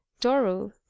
Doro